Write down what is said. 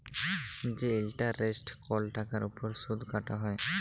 যে ইলটারেস্ট কল টাকার উপর সুদ কাটা হ্যয়